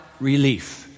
relief